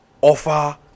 offer